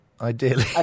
Ideally